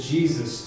Jesus